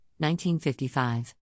1955